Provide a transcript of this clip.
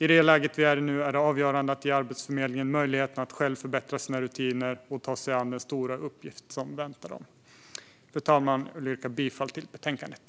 I det läge som vi är i nu är det avgörande att ge Arbetsförmedlingen möjligheten att själv förbättra sina rutiner och ta sig an den stora uppgift som väntar dem. Fru talman! Jag vill yrka bifall till förslaget i betänkandet.